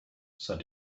said